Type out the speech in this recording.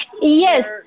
Yes